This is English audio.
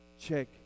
Check